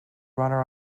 runner